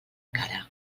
cara